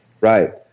Right